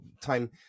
time